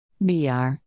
Br